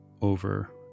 over